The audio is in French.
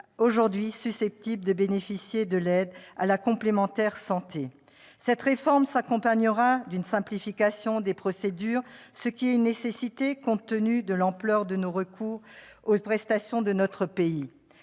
aujourd'hui susceptibles de bénéficier de l'aide à la complémentaire santé. Cette réforme s'accompagnera d'une simplification des procédures, ce qui est nécessaire compte tenu de l'ampleur du non-recours aux prestations dans notre pays.